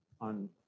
on